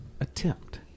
attempt